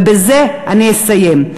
ובזה אני אסיים.